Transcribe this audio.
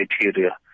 criteria